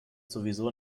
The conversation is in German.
sowieso